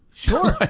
sure,